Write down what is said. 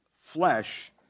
flesh